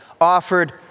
offered